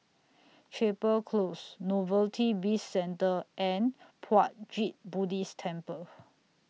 Chapel Close Novelty Bizcentre and Puat Jit Buddhist Temple